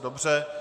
Dobře.